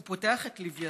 הוא פותח את לוויתן,